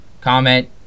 comment